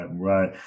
right